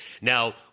Now